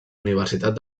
universitat